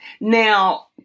Now